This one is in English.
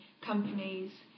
companies